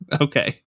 Okay